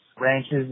ranches